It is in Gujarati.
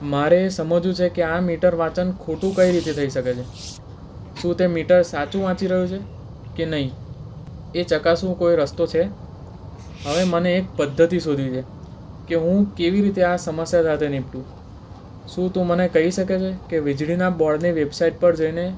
મારે એ સમજવું છે કે આ મીટરવાંચન ખોટું કઈ રીતે થઈ શકે છે શું તે મીટર સાચું વાંચી રહ્યું છે કે નહીં એ ચકાસનો કોઈ રસ્તો છે હવે મને એક પદ્ધતિ શોધવી છે કે હું કેવી રીતે આ સમસ્યા સાથે નિપટું શું તું મને કઈ શકે છે કે વીજળીના બોર્ડના વેબસાઇટ પર જઈને